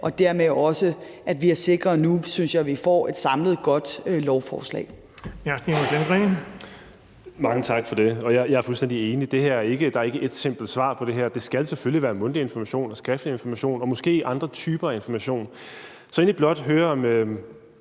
Lindgreen. Kl. 16:27 Stinus Lindgreen (RV): Mange tak for det. Jeg er fuldstændig enig. Der er ikke et simpelt svar på det her. Det skal selvfølgelig være mundtlig information og skriftlig information og måske andre typer af information. Så jeg vil egentlig